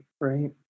right